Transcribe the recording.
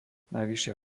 najvyššia